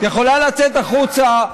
את יכולה לצאת החוצה.